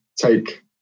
take